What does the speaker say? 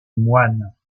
moines